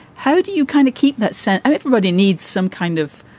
how do you kind of keep that sense? everybody needs some kind of,